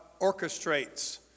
orchestrates